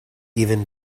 even